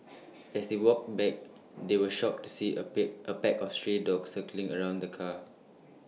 as they walked back they were shocked to see A pick pack of stray dogs circling around the car